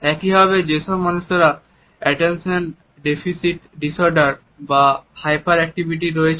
একইভাবে যেসব মানুষের অ্যাটেনশন দেফিসিট ডিসঅর্ডার বা হাইপারঅ্যাক্টিভিটি রয়েছে